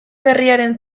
berriaren